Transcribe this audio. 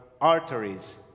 arteries